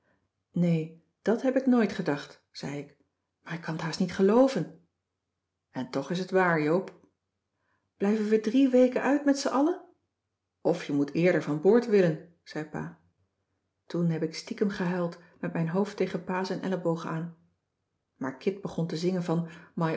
nee dàt heb ik nooit gedacht zei ik maar ik kan het haast niet gelooven en toch is het waar joop blijven we drie weken uit met z'n allen of je moet eerder van boord willen zei pa toen heb ik stiekem gehuild met mijn hoofd tegen pa zijn elleboog aan maar kit begon te zingen van